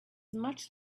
much